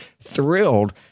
thrilled